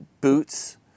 boots